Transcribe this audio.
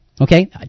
Okay